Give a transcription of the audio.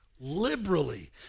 liberally